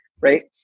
right